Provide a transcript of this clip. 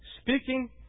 Speaking